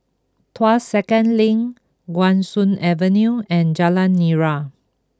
Tuas Second Link Guan Soon Avenue and Jalan Nira